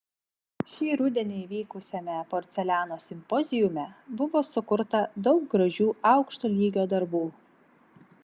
šį rudenį vykusiame porceliano simpoziume buvo sukurta daug gražių aukšto lygio darbų